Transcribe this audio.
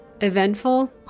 eventful